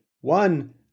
one